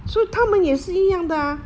so 他们也是一样的 ah